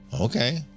Okay